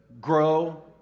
grow